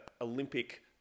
Olympic